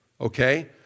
okay